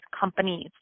companies